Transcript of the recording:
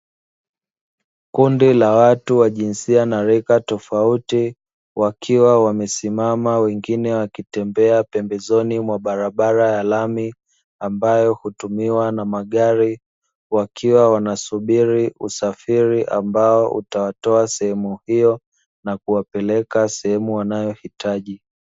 Kundi la watu wa jinsia na rika tofauti wakiwa wamesimama wengine wakitembea pembezoni mwa barabara ya lami ambayo hutumiwa na magari, wakiwa wanasubiri usafiri ambao utawatoa sehemu hiyo na kuwapeleka sehemu wanayohitaji.